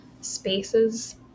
spaces